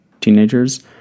teenagers